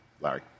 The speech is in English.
Larry